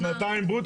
זה שנתיים ברוטו.